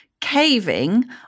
caving